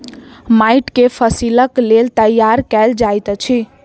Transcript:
माइट के फसीलक लेल तैयार कएल जाइत अछि